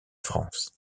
france